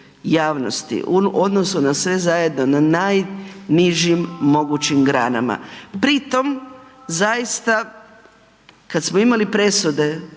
odnosu na sve zajedno na najnižim mogućim granama pri tom zaista kad smo imali presude,